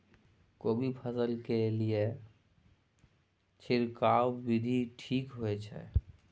कोबी फसल के लिए छिरकाव विधी ठीक होय छै?